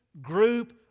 group